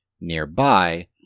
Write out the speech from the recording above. nearby